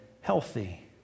healthy